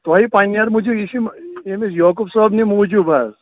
تۅہہِ پنہٕ نیٚن موٗجوٗب یہِ چھُے ییٚمِس یعقوٗب صأب نہِ موٗجوٗب حظ